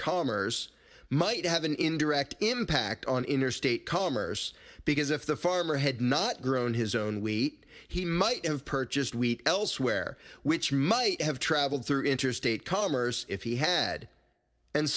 commerce might have an indirect impact on interstate commerce because if the farmer had not grown his own we he might have purchased wheat elsewhere which might have travelled through interstate commerce if he had and